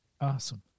Awesome